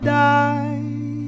die